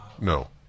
No